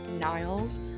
niles